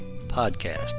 podcast